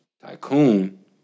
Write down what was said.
Tycoon